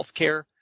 healthcare